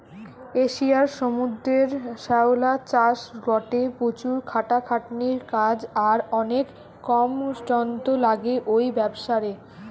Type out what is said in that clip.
এশিয়ার সমুদ্রের শ্যাওলা চাষ গটে প্রচুর খাটাখাটনির কাজ আর অনেক কম যন্ত্র লাগে ঔ ব্যাবসারে